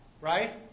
right